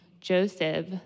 Joseph